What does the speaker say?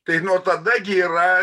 tai nuo tada gi yra